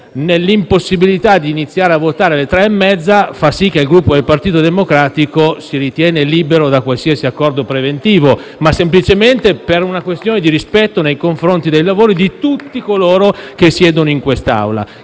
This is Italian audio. impossibilità di iniziare a votare alle 15,30, fa sì che il Gruppo del Partito Democratico si ritenga libero da qualsiasi accordo preventivo, semplicemente per una questione di rispetto dei lavori e di tutti coloro che siedono in quest'Aula.